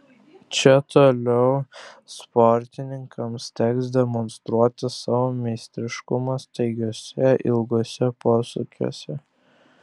čia toliau sportininkams teks demonstruoti savo meistriškumą staigiuose ilguose posūkiuose